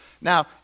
Now